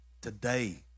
Today